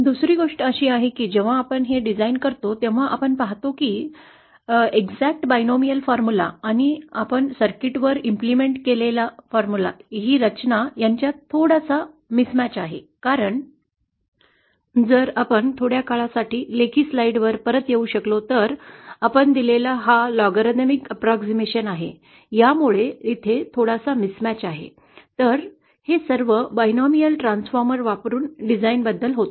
दुसरी गोष्ट अशी आहे की जेव्हा आपण हे डिझाइन करतो तेव्हा आपण पाहतो की अचूक द्विपक्षीय सूत्र आणि आपण सर्किटवर लागू केलेली ही रचना यांच्यात थोडासा मिस मॅच आहे कारण जर आपण थोड्या काळासाठी लेखी स्लाइडवर परत येऊ शकलो तर आपण दिलेला हा लघुगणक अंदाज आहे यामुळे तेथे थोडासा मिस मॅच आहे तर हे सर्व बायोमियल ट्रान्सफॉर्मर वापरुन डिझाइनबद्दल होते